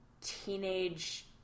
teenage